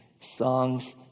songs